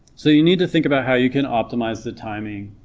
so you need to think about how you can optimize the timing